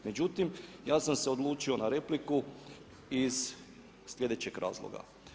Međutim, ja sam se odlučio na repliku iz sljedećeg razloga.